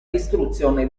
distruzione